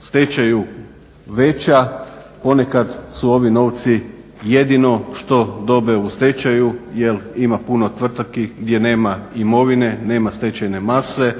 stečaju veća, ponekad su ovi novci jedino što dobe u stečaju jer ima puno tvrtki gdje nama imovine, nema stečajne mase